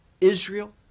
Israel